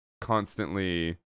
constantly